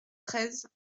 treize